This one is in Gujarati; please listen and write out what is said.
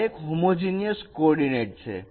આ એક હોમોજીનયસ કોર્ડીનેટ છે